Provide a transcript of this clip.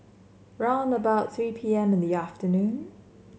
round about three P M in the afternoon